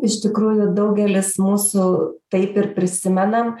iš tikrųjų daugelis mūsų taip ir prisimenam